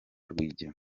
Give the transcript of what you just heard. rwigema